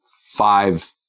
five